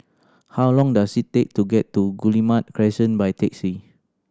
how long does it take to get to Guillemard Crescent by taxi